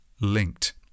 linked